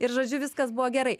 ir žodžiu viskas buvo gerai